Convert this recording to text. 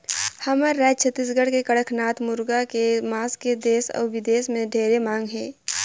हमर रायज छत्तीसगढ़ के कड़कनाथ मुरगा के मांस के देस अउ बिदेस में ढेरे मांग हे